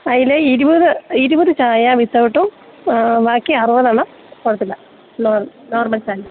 അതിലെ ഇരുപത് ഇരുപതു ചായ വിതൗട്ടും ബാക്കി അറുപതെണ്ണം കുഴപ്പമില്ല നോർമൽ ചായ